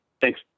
thanks